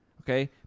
okay